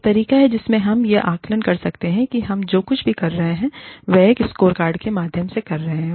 एक तरीका है जिसमें हम यह आकलन कर सकते हैं कि हम जो कुछ भी कर रहे हैं वह एक स्कोरकार्ड के माध्यम से कर रहे हैं